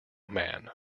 man